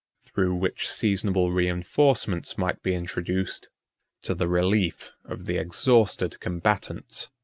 through which seasonable reenforcements might be introduced to the relief of the exhausted combatants.